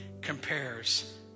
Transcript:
compares